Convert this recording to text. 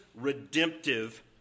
redemptive